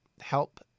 help